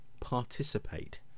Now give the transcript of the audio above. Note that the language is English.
participate